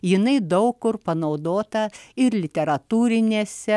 jinai daug kur panaudota ir literatūrinėse